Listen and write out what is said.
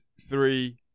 three